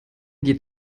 geht